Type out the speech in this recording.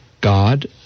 God